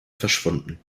verschwunden